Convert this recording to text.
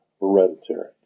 hereditary